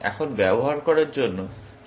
এখানে ব্যবহার করার জন্য সঠিক কৌশল কি